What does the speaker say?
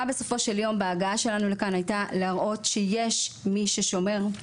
בסופו של דבר המטרה בהגעה שלנו לכאן הייתה להראות שיש מי ששומר,